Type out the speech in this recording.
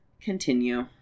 continue